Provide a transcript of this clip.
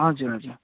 हजुर हजुर